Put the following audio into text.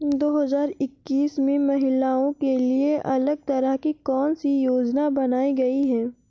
दो हजार इक्कीस में महिलाओं के लिए अलग तरह की कौन सी योजना बनाई गई है?